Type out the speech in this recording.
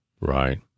Right